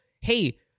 hey